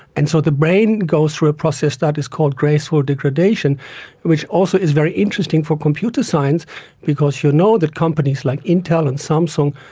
and so the brain goes through a process that is called graceful degradation which also is very interesting for computer science because you know the companies like intel and samsung,